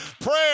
Prayer